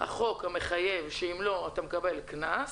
החוק המחייב שאם לא אתה מקבל קנס,